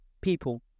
people